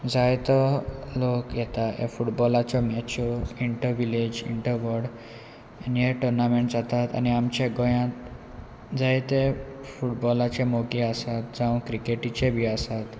जाय तो लोक येता फुटबॉलाच्यो मॅच्यो इंटर विलेज इंट वार्ड आनी हे टुर्नामेंट जातात आनी आमच्या गोंयांत जायते फुटबॉलाचे मोगी आसात जावं क्रिकेटीचे बी आसात